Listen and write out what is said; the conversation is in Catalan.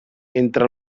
entre